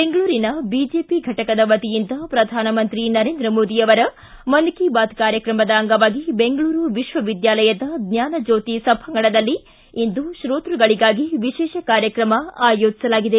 ಬೆಂಗಳೂರಿನ ಬಿಜೆಪಿ ಫಟಕದ ವತಿಯಿಂದ ಪ್ರಧಾನಮಂತ್ರಿ ನರೇಂದ್ರ ಮೋದಿ ಅವರ ಮನ್ ಕಿ ಬಾತ್ ಕಾರ್ಯಕ್ರಮದ ಅಂಗವಾಗಿ ಬೆಂಗಳೂರು ವಿಶ್ವವಿದ್ಯಾಲಯದ ಜ್ಞೋತಿ ಸಭಾಂಗಣದಲ್ಲಿ ಇಂದು ಶ್ರೋತೃಗಳಗಾಗಿ ವಿಶೇಷ ಕಾರ್ಯಕ್ರಮ ಆಯೋಜಿಸಲಾಗಿದೆ